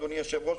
אדוני היושב-ראש,